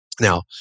Now